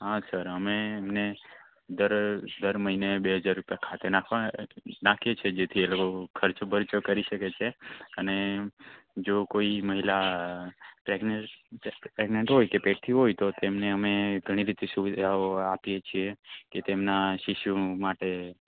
હા સર અમે એમને દર દર મહિને બે હજાર રૂપિયા ખાતે નાખવાના નાખીએ છીએ જેથી એ લોકો ખર્ચો બરચો કરી શકે છે અને જો કોઈ મહિલા પ્રેગ્નેન્ટ હોય કે પેટથી હોય તો તેમને અમે ઘણી રીતે સુવિધાઓ આપીએ છીએ કે તેમનાં શીશુ માટે